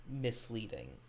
misleading